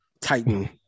Titan